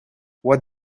what